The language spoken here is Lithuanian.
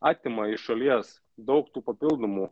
atima iš šalies daug tų papildomų